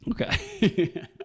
Okay